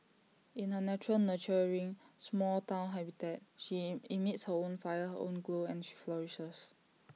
in her natural nurturing small Town habitat she emits her own fire her own glow and she flourishes